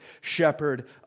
shepherd